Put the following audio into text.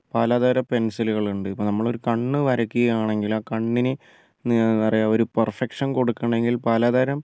പല തരം പെൻസിലുകൾ ഉണ്ട് അപ്പോൾ നമ്മൾ ഒരു കണ്ണ് വരയ്ക്കുകയാണെങ്കിൽ ആ കണ്ണിന് എന്താണ് പറയുക ഒരു പെർഫെക്ഷൻ കൊടുക്കണമെങ്കിൽ പല തരം